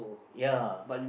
ya